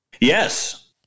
Yes